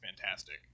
fantastic